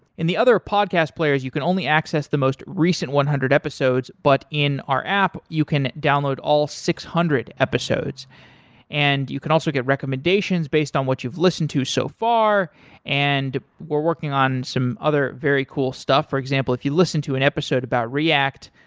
in the other podcast players you can only access the most recent one hundred episodes but in our app you can download all six hundred episodes and you can also get recommendations based on what you've listened too so far and we're working on some other very cool stuff. for example, if you listen to an episode about react,